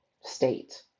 state